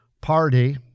party